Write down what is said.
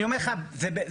אני אומר לך, זה בנפשי.